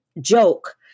joke